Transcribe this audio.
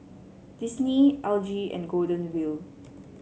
Disney L G and Golden Wheel